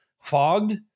fogged